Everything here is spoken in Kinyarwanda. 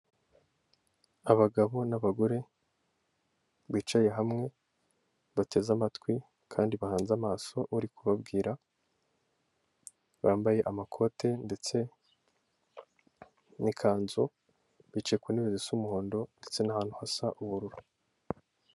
Abagabo n'abagore bicaye hamwe bateze amatwi kandi bahanze amaso uri kubabwira, bambaye amakote ndetse n'kanzu. Bicaye ku ntebe zisa umuhondo ndetse n'ahantu hasa ubururu.